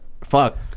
fuck